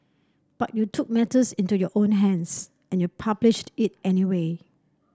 but you took matters into your own hands and you published it anyway